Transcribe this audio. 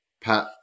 Pat